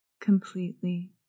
completely